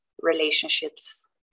relationships